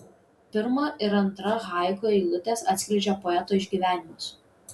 pirma ir antra haiku eilutės atskleidžia poeto išgyvenimus